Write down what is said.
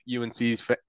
UNC's